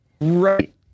Right